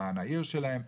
למען העיר שלהם.